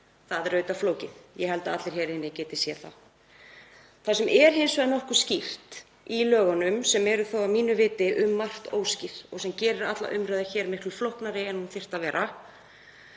Það er auðvitað flókið og held ég að allir hér inni geti séð það. Það sem er hins vegar nokkuð skýrt í lögunum, sem eru þó að mínu viti um margt óskýr sem gerir alla umræðu hér miklu flóknari en hún þyrfti að vera,